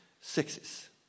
sexes